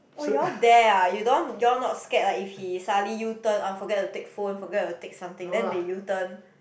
oh you all dare ah you don't you all not scared like if he suddenly U turn oh forget to take phone forget to take something then they U turn